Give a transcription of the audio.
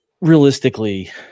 realistically